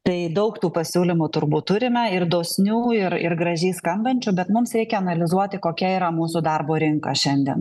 tai daug tų pasiūlymų turbūt turime ir dosnių ir ir gražiai skambančių bet mums reikia analizuoti kokia yra mūsų darbo rinka šiandien